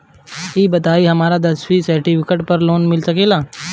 ई बताई हमरा दसवीं के सेर्टफिकेट पर लोन मिल सकेला?